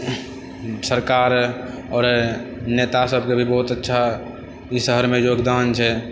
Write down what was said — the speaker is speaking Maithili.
सरकार आओर नेता सबके भी बहुत अच्छा ई शहरमे योगदान छै